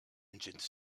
engines